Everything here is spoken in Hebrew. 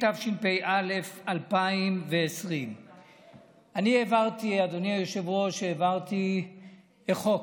התש"ף 2020. אדוני היושב-ראש, אני העברתי חוק.